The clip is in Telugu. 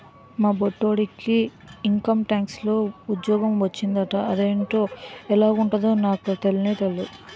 మా బొట్టిడికి ఇంకంటాక్స్ లో ఉజ్జోగ మొచ్చిందట అదేటో ఎలగుంటదో నాకు తెల్నే తెల్దు